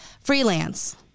Freelance